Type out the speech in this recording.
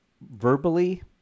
verbally